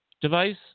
device